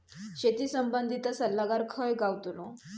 शेती संबंधित सल्लागार खय गावतलो?